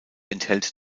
enthält